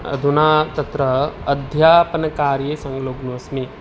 अधुना तत्र अध्यापनकार्ये सल्लँग्नोस्मि